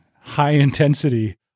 high-intensity